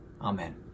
Amen